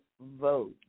vote